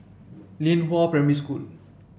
Lianhua Primary School